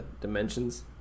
dimensions